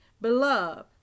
Beloved